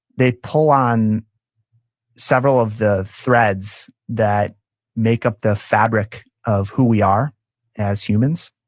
they pull on several of the threads that make up the fabric of who we are as humans,